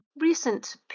Recent